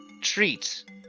treat